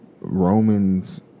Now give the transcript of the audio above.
Romans